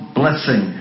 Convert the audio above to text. blessing